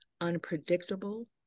unpredictable